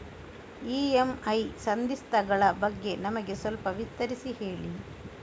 EMI ಸಂಧಿಸ್ತ ಗಳ ಬಗ್ಗೆ ನಮಗೆ ಸ್ವಲ್ಪ ವಿಸ್ತರಿಸಿ ಹೇಳಿ